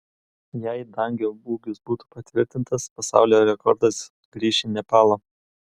jei dangio ūgis bus patvirtintas pasaulio rekordas grįš į nepalą